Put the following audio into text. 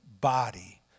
body